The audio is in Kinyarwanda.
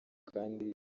kandi